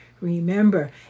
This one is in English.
remember